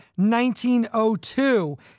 1902